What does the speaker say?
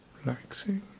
relaxing